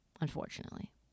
unfortunately